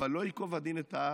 לא ייקוב הדין את ההר,